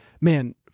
Man